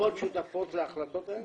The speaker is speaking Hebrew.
הקופות שותפות להחלטות האלה?